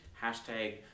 Hashtag